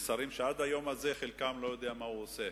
לשרים שעד היום הזה חלקם לא יודע מה הוא עושה,